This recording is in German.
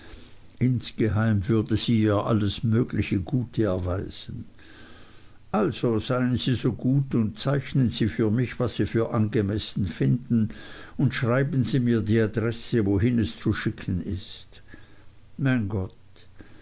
insgeheim würde sie ihr alles mögliche gute erweisen also seien sie so gut und zeichnen sie für mich was sie für angemessen finden und schreiben sie mir die adresse wohin es zu schicken ist mein gott